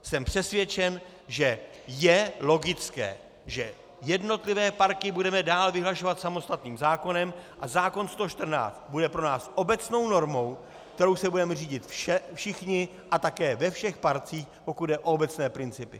Jsem přesvědčen, že je logické, že jednotlivé parky budeme dál vyhlašovat samostatným zákonem a zákon 114 bude pro nás obecnou normou, kterou se budeme řídit všichni a také ve všech parcích, pokud jde o obecné principy.